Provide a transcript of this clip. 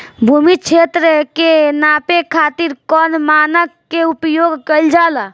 भूमि क्षेत्र के नापे खातिर कौन मानक के उपयोग कइल जाला?